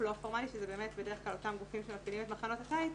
לא פורמלי שזה באמת בדרך כלל אותם גופים שמפעילים את מחנות הקיץ,